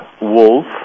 Wolf